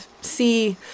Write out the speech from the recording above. see